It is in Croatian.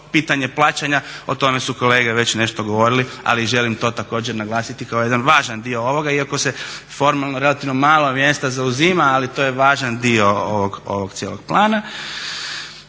pitanje plaćanja, o tome su kolege već nešto govorili. Ali želim to također naglasiti kao jedan važan dio ovoga, iako se formalno relativno malo mjesta zauzima ali to je važan dio ovog cijelog plana.